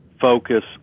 focus